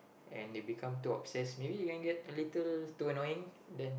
and they become too obsessed maybe you can get a little too annoying then